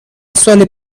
سال